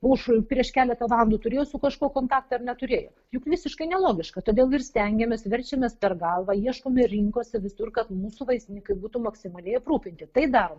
už prieš keletą valandų turėjo su kažkuo kontaktą ar neturėjo juk visiškai nelogiška todėl ir stengiamės verčiamės per galvą ieškome rinkose visur kad mūsų vaistininkai būtų maksimaliai aprūpinti tai darom